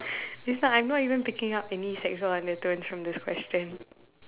please lah I'm not even picking up any sexual undertones from this question